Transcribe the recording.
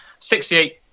68